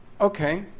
Okay